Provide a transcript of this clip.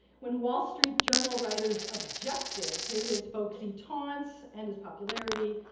when wall street journal writers objected to his folksy taunts and his popularity,